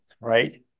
right